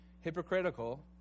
hypocritical